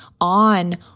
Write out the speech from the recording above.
on